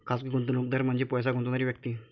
खाजगी गुंतवणूकदार म्हणजे पैसे गुंतवणारी व्यक्ती